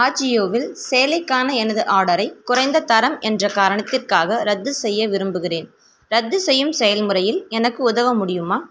அஜியோவில் சேலைக்கான எனது ஆர்டரை குறைந்த தரம் என்ற காரணத்திற்காக ரத்து செய்ய விரும்புகிறேன் ரத்து செய்யும் செயல்முறையில் எனக்கு உதவ முடியுமா